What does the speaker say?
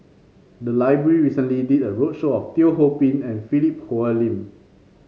the library recently did a roadshow of Teo Ho Pin and Philip Hoalim